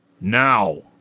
Now